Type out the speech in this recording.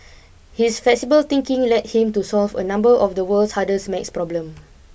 his flexible thinking led him to solve a number of the world's hardest math problem